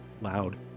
loud